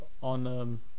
on